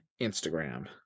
Instagram